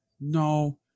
No